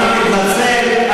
אני מתנצל,